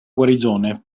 guarigione